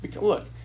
Look